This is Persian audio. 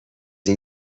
این